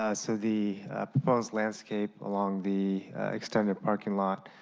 ah so the proposed landscape along the extended parking lot,